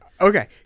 Okay